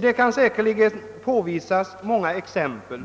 Det kan säkerligen påvisas många exempel